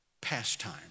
pastime